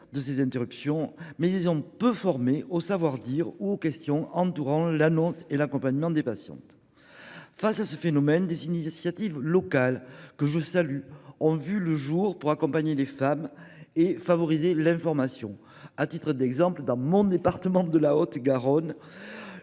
de ces interruptions, mais ils sont peu formés au savoir-dire, ainsi qu'à l'annonce et à l'accompagnement des patientes. Face à ce phénomène, des initiatives locales, que je salue, ont vu le jour pour accompagner les femmes et améliorer l'information. Ainsi, dans mon département de la Haute-Garonne,